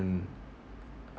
~nd